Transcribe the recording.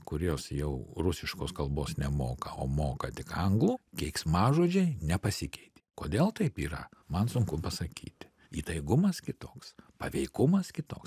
kurios jau rusiškos kalbos nemoka o moka tik anglų keiksmažodžiai nepasikeitė kodėl taip yra man sunku pasakyti įtaigumas kitoks paveikumas kitoks